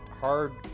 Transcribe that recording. hard